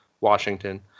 Washington